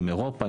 עם אירופה,